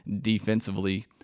defensively